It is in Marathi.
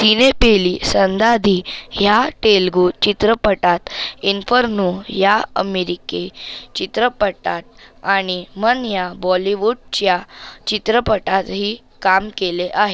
तिने पेली संदादी ह्या तेलगू चित्रपटात इन्फर्नो या अमेरिके चित्रपटात आणि मन ह्या बॉलिवूडच्या चित्रपटातही काम केले आहे